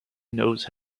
knows